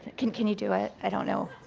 can can you do it? i don't know,